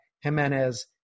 Jimenez